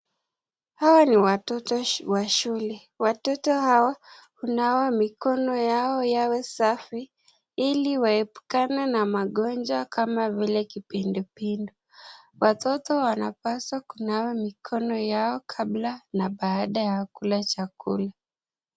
Hawa ni watoto wa shule. Watoto hawa hunawa mikono yao yawe safi ili waepukane na magonjwa kama vile kipindupindu. Watoto wanapaswa kunawa mikono yao kabla na baada ya kula chakula.